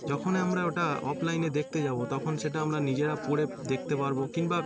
যখনই আমরা ওটা অফলাইনে দেখতে যাবো তখন সেটা আমরা নিজেরা পরে দেখতে পারবো কিংবা